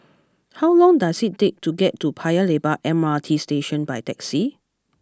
how long does it take to get to Paya Lebar M R T Station by taxi